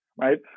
right